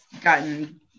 gotten